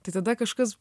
tai tada kažkas